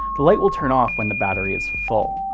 the light will turn off when the battery is full.